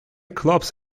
clubs